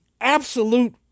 absolute